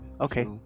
Okay